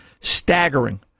staggering